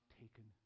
taken